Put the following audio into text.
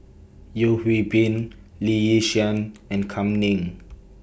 Yeo Hwee Bin Lee Yi Shyan and Kam Ning